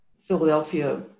Philadelphia